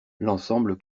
l’ensemble